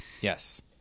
Yes